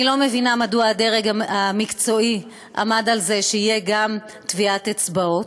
אני לא מבינה מדוע הדרג המקצועי עמד על זה שיהיו גם טביעות אצבעות.